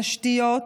על תשתיות,